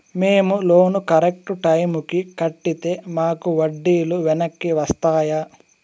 మేము loan correct టైముకి కట్టితే మాకు వడ్డీ లు వెనక్కి వస్తాయా?